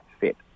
fit